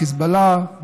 חיזבאללה,